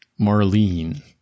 Marlene